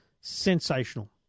sensational